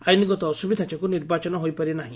ଆଇନଗତ ଅସ୍ବିଧା ଯୋଗୁଁ ନିର୍ବାଚନ ହୋଇପାରି ନାହି